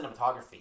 cinematography